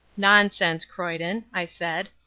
nonsense, croyden, i said,